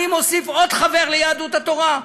אני מוסיף עוד חבר ליהדות התורה.